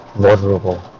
vulnerable